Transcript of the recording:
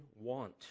want